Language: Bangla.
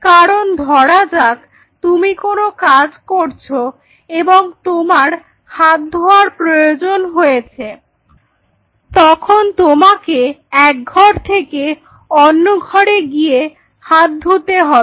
কারণ ধরা যাক তুমি কোনো কাজ করছ এবং তোমার হাত ধোয়ার প্রয়োজন হয়েছে তখন তোমাকে এক ঘর থেকে অন্য ঘরে গিয়ে হাত ধুতে হবে